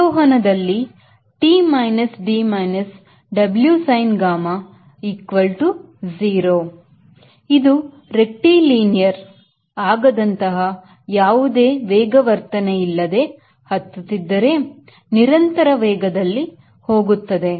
ಆರೋಹಣ ದಲ್ಲಿ T minus D minus W sin gamma equal to 0 ಇದು ರೆಕ್ಟಿಲಿನೀರ್ ಆಗದಂತಹ ಯಾವುದೇ ವೇಗವರ್ಧನೆಇಲ್ಲದೆ ಹತ್ತುತ್ತಿದ್ದರೆ ನಿರಂತರ ವೇಗದಲ್ಲಿ ಹೋಗುತ್ತದೆ